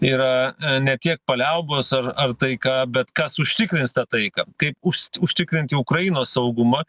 yra ne tiek paliaubos ar ar taika bet kas užtikrins tą taiką kaip užst užtikrinti ukrainos saugumą